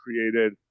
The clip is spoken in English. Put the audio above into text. created